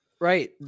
Right